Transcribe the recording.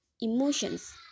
emotions